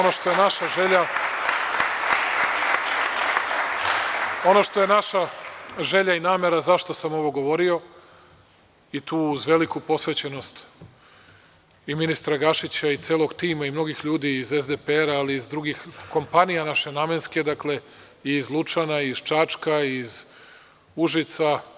Ono što je naša želja, ono što je naša želja i namera, zašto sam ovo govorio i to uz veliku posvećenost i ministra Gašića i celog tima i mnogih ljudi iz SDPR, ali i iz drugih kompanija naše namenske, i iz Lučana, iz Čačka, iz Užica.